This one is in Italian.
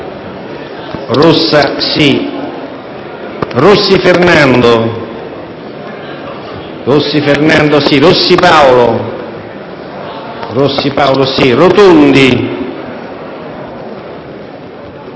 Rossi Fernando, Rossi Paolo, Rubinato,